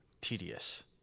tedious